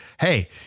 hey